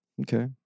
Okay